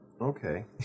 Okay